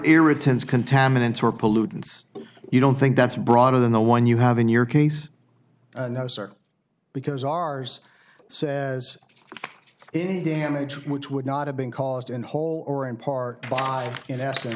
irritants contaminants were pollutants you don't think that's broader than the one you have in your case no sir because ours says in damage which would not have been caused in whole or in part by